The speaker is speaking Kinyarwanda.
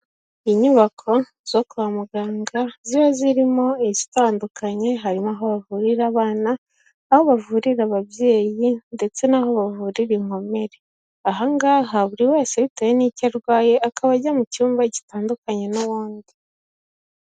Inyubako zo kwa muganga ziba zirimo izitandukanye harimo aho bavurira abana, aho bavurira ababyeyi ndetse n'aho bavurira inkomere, ahangaha buri wese bitewe n'icyo arwaye akaba ajya mu cyumba gitandukanye n'uwundi.